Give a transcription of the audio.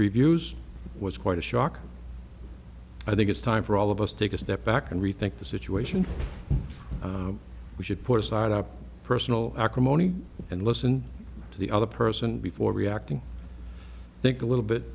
reviews was quite a shock i think it's time for all of us take a step back and rethink the situation we should put aside our personal acrimony and listen to the other person before reacting think a little bit